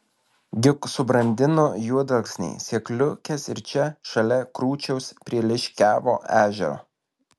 juk subrandino juodalksniai sėkliukes ir čia šalia krūčiaus prie liškiavio ežero